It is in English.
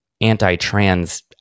anti-trans